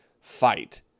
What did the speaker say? fight